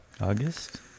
August